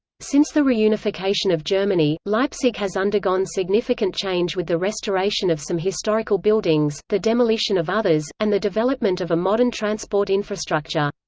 since the reunification of germany, leipzig has undergone significant change with the restoration of some historical buildings, the demolition of others, and the development of a modern transport infrastructure.